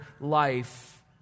life